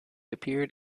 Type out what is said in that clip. appeared